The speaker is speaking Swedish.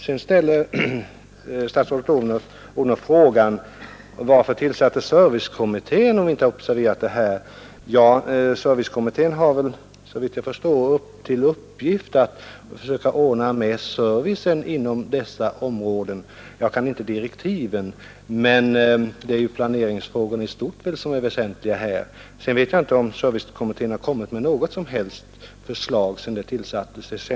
Statsrådet Odhnoff svarar med att ställa frågan: ”Varför tillsattes servicekommittén, om regeringen inte hade observerat det här?” Servicekommittén har, såvitt jag förstår, till uppgift att försöka komma med förslag om servicen inom skilda områden. Jag kan inte direktiven, men det är väl dessa frågor i stort som är det väsentliga. Vidare vet jag inte om servicekommittén har kommit med något som helst förslag sedan den tillsattes.